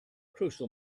crucial